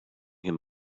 him